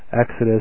Exodus